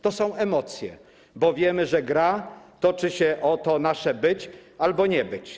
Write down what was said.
To są emocje, bo wiemy, że gra toczy się o nasze być albo nie być.